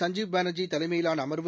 சஞ்சீப் பானர்ஜி தலைமையிவான அமர்வு